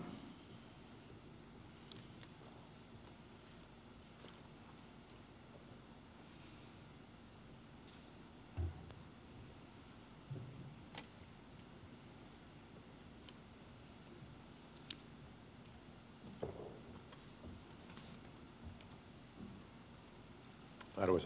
arvoisa puhemies